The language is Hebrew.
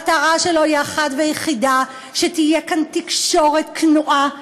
המטרה שלו היא אחת ויחידה: שתהיה פה תקשורת כנועה,